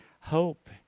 hope